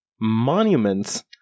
monuments